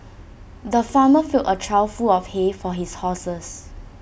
the farmer filled A trough full of hay for his horses